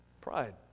Pride